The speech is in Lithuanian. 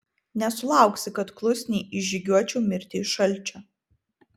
nesulauksi kad klusniai išžygiuočiau mirti iš šalčio